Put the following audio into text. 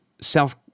self